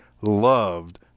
loved